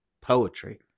poetry